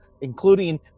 including